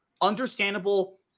understandable